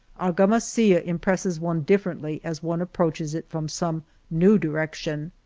argamasilla impresses one differently as one approaches it from some new direction.